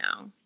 now